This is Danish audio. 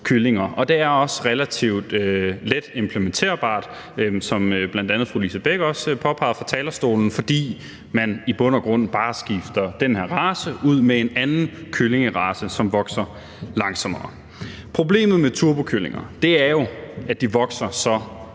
Det er også relativt let implementerbart, som bl.a. fru Lise Bech også påpegede fra talerstolen, fordi man i bund og grund bare skifter den her race ud med en anden kyllingerace, som vokser langsommere. Problemet med turbokyllinger er jo, at de vokser så ekstremt